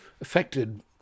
affected